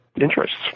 interests